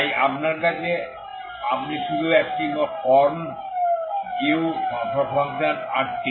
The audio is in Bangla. তাই আপনার আছে আপনি শুধুমাত্র এই ফর্ম formurt